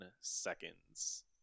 seconds